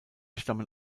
stammen